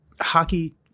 hockey